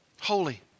holy